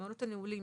במעונות הנעולים,